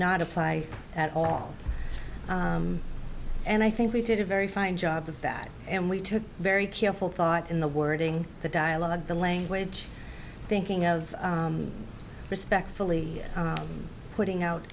not apply at all and i think we did a very fine job of that and we took very careful thought in the wording the dialogue the language thinking of respectfully putting out